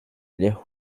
les